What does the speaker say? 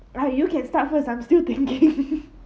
right you can start first I'm still thinking